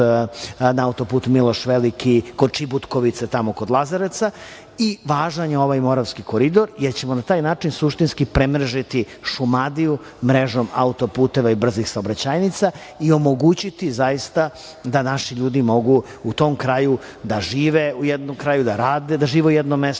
na autoput Miloš Veliki, kod Čibutkovice, tamo kod Lazarevca. Važan je ovaj Moravski koridor, jer ćemo na taj način suštinski premrežiti Šumadiju mrežom autoputeva i brzih saobraćajnica i omogućiti zaista da naši ljudi mogu u tom kraju da žive, u jednom mestu da žive, da rade u drugom mestu